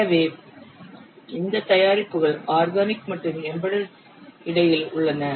எனவே இந்த தயாரிப்புகள் ஆர்கானிக் மற்றும் எம்பெடெட் இடையில் உள்ளன